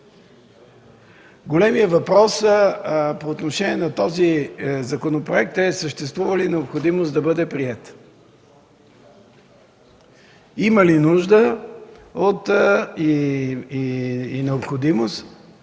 Големият въпрос по отношение на този законопроект е: съществува ли необходимост да бъде приет? Има ли нужда и необходимост,